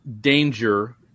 danger